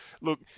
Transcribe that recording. look